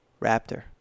raptor